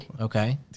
okay